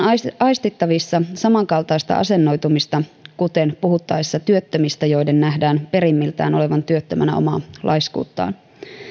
aistittavissa samankaltaista asennoitumista kuin puhuttaessa työttömistä joiden nähdään perimmiltään olevan työttömänä omaa laiskuuttaan